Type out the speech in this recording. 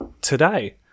today